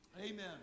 Amen